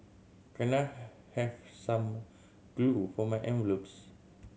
can I have some glue for my envelopes